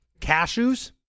Cashews